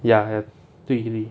ya have 对立